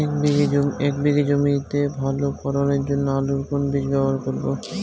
এক বিঘে জমিতে ভালো ফলনের জন্য আলুর কোন বীজ ব্যবহার করব?